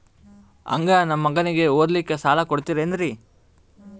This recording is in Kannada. ಹಂಗ ನಮ್ಮ ಮಗನಿಗೆ ಓದಲಿಕ್ಕೆ ಸಾಲ ಕೊಡ್ತಿರೇನ್ರಿ?